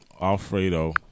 Alfredo